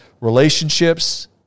relationships